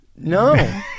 No